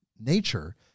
nature